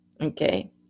okay